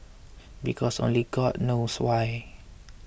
because only god knows why